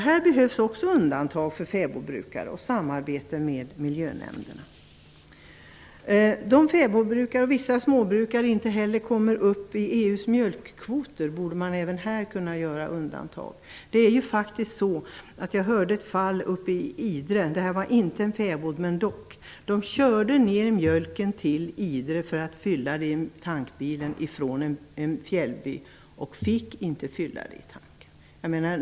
Här behövs också undantag för fäbodbrukare och samarbete med miljönämnderna. Fäbodbrukarna och vissa småbrukare som inte kommer upp i EU:s mjölkkvoter kunde man göra undantag för. Jag hörde om ett fall i Idre där jordbrukaren körde ner mjölken till Idre för att fylla den i tanken men fick inte göra det.